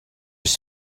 was